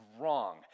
wrong